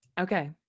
okay